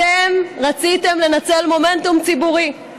אתם רציתם לנצל מומנטום ציבורי.